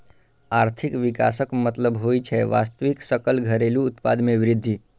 आर्थिक विकासक मतलब होइ छै वास्तविक सकल घरेलू उत्पाद मे वृद्धि